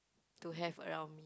to have around